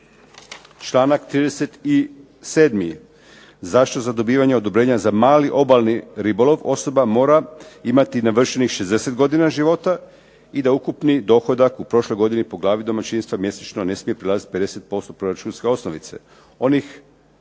Članak 37. zašto za dobivanje odobrenja za malo obalni ribolov osoba mora imati navršenih 60 godina života, i da ukupni dohodak u prošloj godini po glavi domaćinstva mjesečno ne smije prelaziti 50% proračunske osnovice.